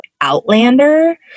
Outlander